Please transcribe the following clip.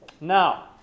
Now